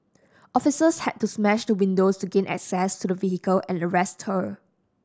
officers had to smash the windows to gain access to the vehicle and arrest her